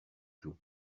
cloud